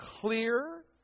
clear